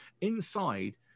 Inside